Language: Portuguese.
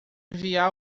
enviar